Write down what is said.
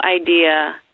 idea